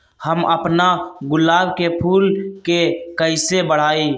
हम अपना गुलाब के फूल के कईसे बढ़ाई?